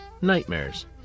nightmares